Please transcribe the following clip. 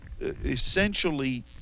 essentially